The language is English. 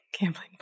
gambling